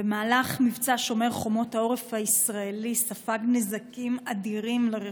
במהלך מבצע שומר החומות העורף הישראלי ספג נזקים אדירים לרכוש.